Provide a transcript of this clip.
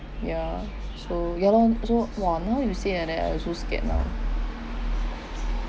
ya so ya loh so !wah! now you say like that I also scared now